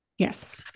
Yes